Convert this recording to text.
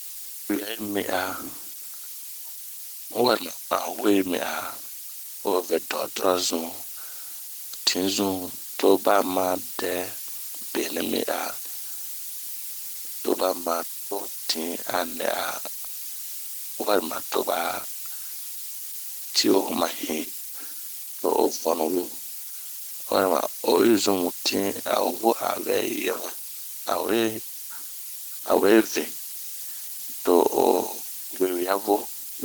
benɛ yi mi a,warima anhueyi mi a, ovɛ duaturarazun, tinzu to bama dɛ benɛmi a, toba ma to tin a nɛ'a. Warima to ba ci o ma hin to o vanu vo, walima oyi sun tin o yɛmu o we vin too wiwia vo.